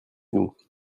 nous